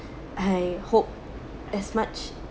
I hope as much